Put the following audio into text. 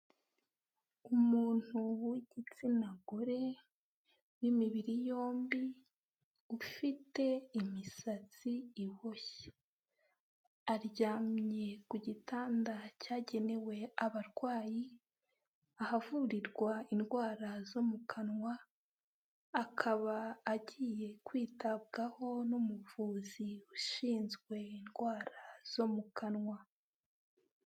Umuntu w'igitsina gore w'imibiri yombi ufite imisatsi iboshye, aryamye ku gitanda cyagenewe abarwayi ahavurirwa indwara zo mu kanwa. Akaba agiye kwitabwaho n'umuvuzi ushinzwe indwara zo mu kanwa.